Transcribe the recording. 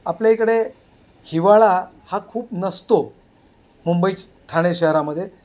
आपल्या इकडे हिवाळा हा खूप नसतो मुंबईचं ठाणे शहरामध्ये